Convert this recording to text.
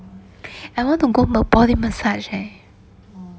I want to go my body massage eh